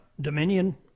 Dominion